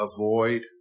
avoid